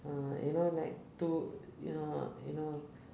uh you know like two ya you know